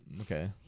okay